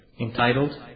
Entitled